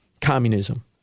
communism